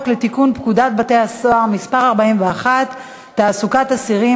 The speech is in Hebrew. לתיקון פקודת בתי-הסוהר (מס' 41) (תעסוקת אסירים),